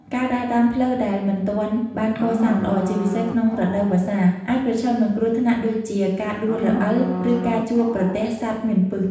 ការដើរតាមផ្លូវដែលមិនទាន់បានកសាងល្អ ជាពិសេសក្នុងរដូវវស្សា អាចប្រឈមនឹងគ្រោះថ្នាក់ដូចជាការដួលរអិល ឬការជួបប្រទះសត្វមានពិស។